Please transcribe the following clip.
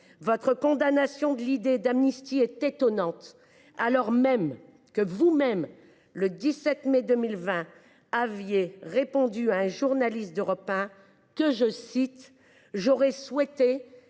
Votre condamnation de l’idée d’amnistie est étonnante, alors que vous même, le 17 mai 2020, avez répondu à un journaliste d’Europe 1 :« J’aurais souhaité